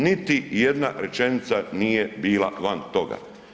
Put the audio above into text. Niti jedna rečenica nije bila van toga.